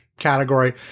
Category